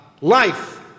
life